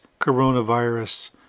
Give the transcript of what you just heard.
coronavirus